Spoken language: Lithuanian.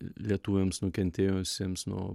lietuviams nukentėjusiems nuo